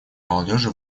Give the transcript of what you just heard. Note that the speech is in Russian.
молодежи